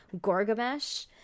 Gorgamesh